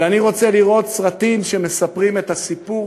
אבל אני רוצה לראות סרטים שמספרים את הסיפור